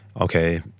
okay